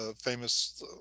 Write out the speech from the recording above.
famous